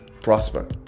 prosper